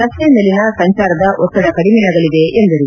ರಸ್ತೆ ಮೇಲಿನ ಸಂಚಾರದ ಒತ್ತಡ ಕಡಿಮೆಯಾಗಲಿದೆ ಎಂದರು